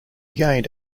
gained